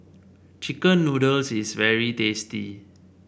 chicken noodles is very tasty